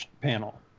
panel